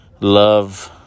love